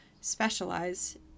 specialize